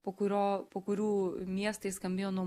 po kurio po kurių miestai skambėjo nuo